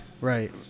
Right